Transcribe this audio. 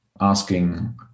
asking